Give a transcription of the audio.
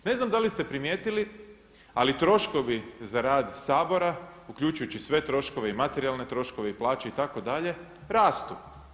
Ne znam da li ste primijetili ali troškovi za rad Sabora uključujući sve troškove i materijalne troškove i plaće itd. rastu.